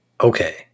Okay